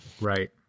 Right